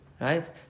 right